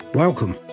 Welcome